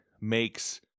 makes